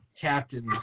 Captain